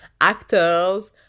actors